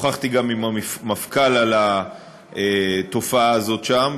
שוחחתי גם עם המפכ"ל על התופעה הזאת שם,